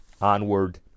Onward